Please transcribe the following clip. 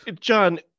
John